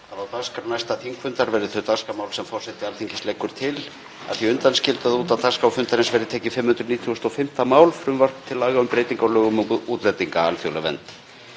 að á dagskrá næsta þingfundar verði þau dagskrármál sem forseti Alþingis leggur til, að því undanskildu að út af dagskrá fundarins verði tekið 595. mál, frumvarp til laga um breytingu á lögum um útlendinga, alþjóðleg vernd.